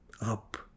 Up